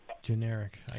Generic